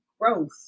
growth